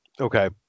Okay